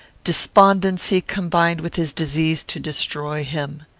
despondency combined with his disease to destroy him.